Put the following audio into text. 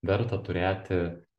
verta turėti